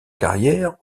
carrière